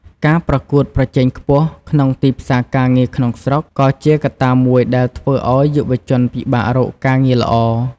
ការប្រកួតប្រជែងខ្ពស់ក្នុងទីផ្សារការងារក្នុងស្រុក ក៏ជាកត្តាមួយដែលធ្វើឱ្យយុវជនពិបាករកការងារល្អ។